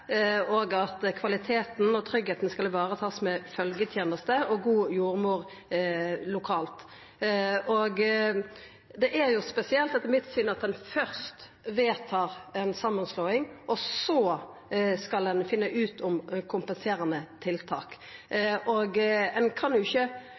og at ein skal vareta kvaliteten og tryggleiken med følgjeteneste og god jordmor lokalt. Det er jo spesielt, etter mitt syn, at ein først vedtar ei samanslåing, og så skal ein finna ut om kompenserande tiltak.